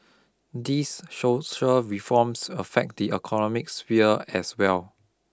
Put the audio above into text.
these social reforms affect the economic sphere as well